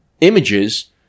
images